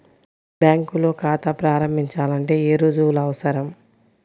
బ్యాంకులో ఖాతా ప్రారంభించాలంటే ఏ రుజువులు అవసరం?